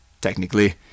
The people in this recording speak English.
technically